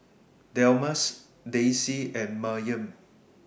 Delmus Daisye and Maryam